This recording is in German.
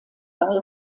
ball